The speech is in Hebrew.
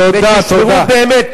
תשמרו באמת,